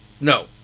no